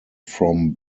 from